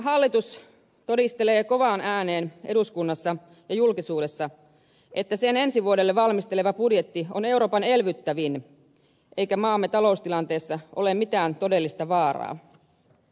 hallitus todistelee kovaan ääneen eduskunnassa ja julkisuudessa että sen ensi vuodelle valmistelema budjetti on euroopan elvyttävin eikä maamme taloustilanteessa ole mitään todellista vaaraa